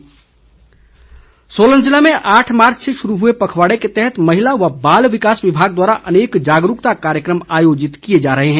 पोषण पखवाड़ा सोलन जिले में आठ मार्च से शुरू हुए पखवाड़े के तहत महिला व बाल विकास विभाग द्वारा अनेक जागरूकता कार्यक्रम आयोजित किए जा रहे हैं